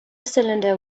cylinder